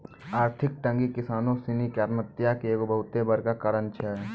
आर्थिक तंगी किसानो सिनी के आत्महत्या के एगो बहुते बड़का कारण छै